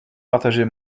partager